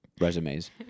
resumes